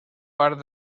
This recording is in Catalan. part